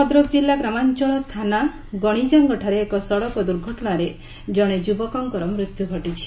ଭଦ୍ରକ କିଲ୍ଲା ଗ୍ରାମାଞଳ ଥାନା ଗଶିଜାଙ୍ଗଠାରେ ଏକ ସଡ଼କ ଦୁର୍ଘଟଣାରେ ଜଣେ ଯୁବକର ମୃତ୍ୟୁ ଘଟିଛି